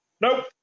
Nope